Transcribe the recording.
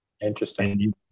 Interesting